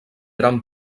eren